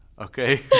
Okay